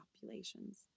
populations